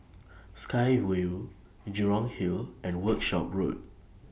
Sky Vue Jurong Hill and Workshop Road